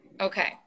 Okay